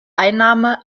einnahme